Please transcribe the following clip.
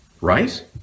right